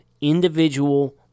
individual